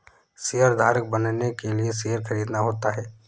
शेयरधारक बनने के लिए शेयर खरीदना होता है